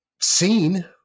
seen